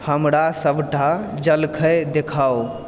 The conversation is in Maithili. हमरा सबटा जलखइ देखाउ